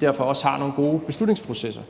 derfor også har nogle gode beslutningsprocesser.